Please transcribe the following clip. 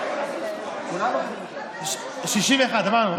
61 אמרנו,